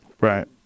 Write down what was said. Right